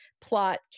plot